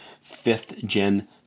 fifth-gen